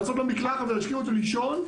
לקלח אותו להשכיב אותו לישון,